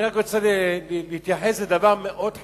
אני רק רוצה להתייחס לדבר מאוד חשוב,